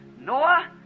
Noah